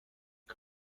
wir